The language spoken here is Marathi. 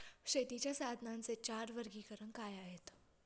शेतीच्या साधनांचे चार वर्गीकरण काय आहे?